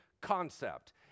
concept